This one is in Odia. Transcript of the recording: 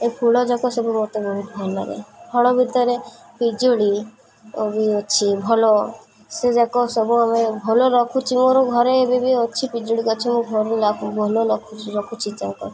ଏ ଫୁଲଯାକ ସବୁ ମୋତେ ବହୁତ ଭଲ ଲାଗେ ଫଳ ଭିତରେ ପିଜୁଳି ବି ଅଛି ଭଲ ସେଯାକ ସବୁ ଆମେ ଭଲ ରଖୁଛି ମୋର ଘରେ ଏବେ ବି ଅଛି ପିଜୁଳି ଗଛ ମୁଁ ଭଲ ଭଲ ରଖୁଛି ତାଙ୍କ